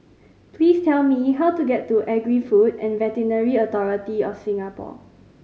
please tell me how to get to Agri Food and Veterinary Authority of Singapore